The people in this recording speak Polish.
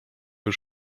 już